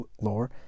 lore